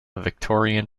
victorian